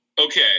Okay